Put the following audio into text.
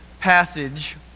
passage